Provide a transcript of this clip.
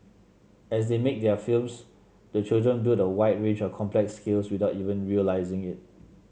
as they make their films the children build a wide range of complex skills without even realising it